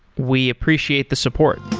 we appreciate the support